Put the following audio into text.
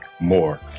more